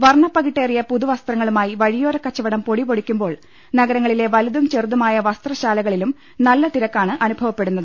വർണ്ണപകിട്ടേ റിയ പുതുവസ്ത്രങ്ങളുമായി വഴിയോരക്കച്ചവടം പൊടിപൊടിക്കുമ്പോൾ നഗരങ്ങളിലെ വലുതം ചെറുതുമായ വസ്ത്രശാലകളിലും നല്ല തിരക്കാണ് അനുഭവപ്പെടുന്നത്